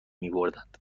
میبردند